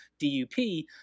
DUP